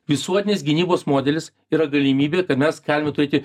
visuotinės gynybos modelis yra galimybė kad mes galime turėti